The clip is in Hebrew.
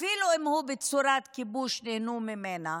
אפילו אם הוא בצורת כיבוש, נהנו ממנה,